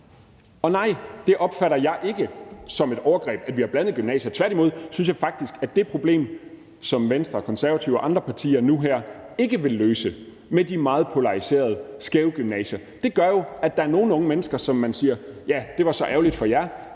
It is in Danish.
Og nej, jeg opfatter det ikke som et overgreb, at vi har blandede gymnasier. Tværtimod synes jeg faktisk, at det problem, som Venstre og Konservative og andre partier nu her ikke vil løse, med de meget polariserede, skæve gymnasier, jo gør, at der er nogle unge mennesker, hvor man siger: Ja, det var så ærgerligt for jer,